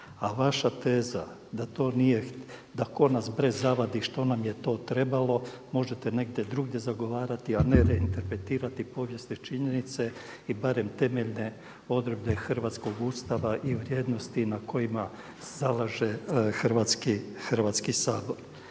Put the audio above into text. A vaša teza da to nije da ko nas bre zavadi što nam je to trebalo možete negdje drugdje zagovarati, a ne reinterpretirati povijesne činjenice i barem temeljne odredbe hrvatskog Ustava i vrijednosti na kojima se zalaže Hrvatski sabor.